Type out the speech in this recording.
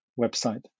website